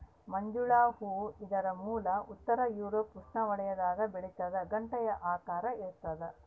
ಮಂಜುಳ ಹೂ ಇದರ ಮೂಲ ಉತ್ತರ ಯೂರೋಪ್ ಉಷ್ಣವಲಯದಾಗ ಬೆಳಿತಾದ ಗಂಟೆಯ ಆಕಾರ ಇರ್ತಾದ